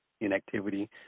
inactivity